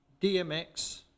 DMX